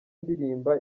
ndirimba